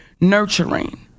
nurturing